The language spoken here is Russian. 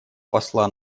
посла